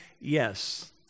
yes